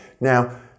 Now